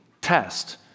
test